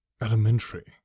Elementary